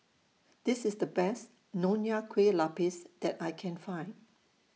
This IS The Best Nonya Kueh Lapis that I Can Find